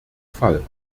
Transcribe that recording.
fall